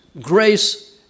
grace